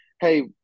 hey